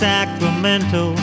Sacramento